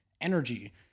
energy